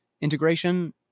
integration